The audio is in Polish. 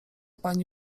pani